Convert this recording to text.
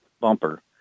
bumper